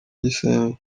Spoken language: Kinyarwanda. gisenyi